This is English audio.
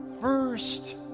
first